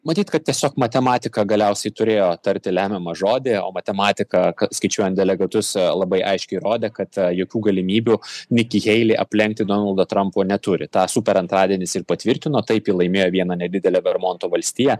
matyt kad tiesiog matematika galiausiai turėjo tarti lemiamą žodį o matematika skaičiuojant delegatus labai aiškiai rodė kad jokių galimybių niki heili aplenkti donaldą trampo neturi tą super antradienis ir patvirtino taip ji laimėjo vieną nedidelę vermonto valstiją